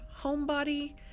homebody